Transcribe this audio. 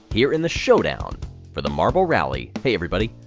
here in the showdown for the marble rally. hey everybody,